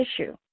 issue